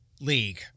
league